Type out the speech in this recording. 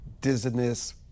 dizziness